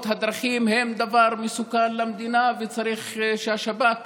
הדרכים הן דבר מסוכן למדינה וצריך שהשב"כ